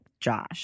Josh